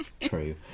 True